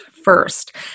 first